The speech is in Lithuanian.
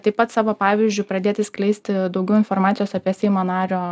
taip pat savo pavyzdžiu pradėti skleisti daugiau informacijos apie seimo nario